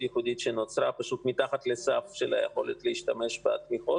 ייחודית שנוצרה מתחת לסף של היכולת להשתמש בתמיכות.